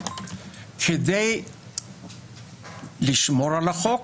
כדי לשמור על החוק,